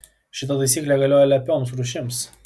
šita taisyklė galioja lepioms rūšims